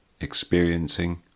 experiencing